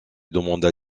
demanda